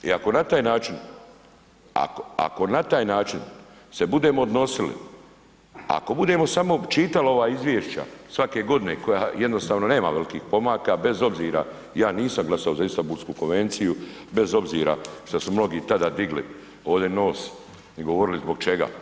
I ako na taj način, ako na taj način se budemo odnosili, ako budemo samo čitali ova izvješća svake godine koja jednostavno nema velikih pomaka, bez obzira ja nisam glasao za Istanbulsku konvenciju bez obzira šta su mnogi tada digli ovde nos i govorili zbog čega.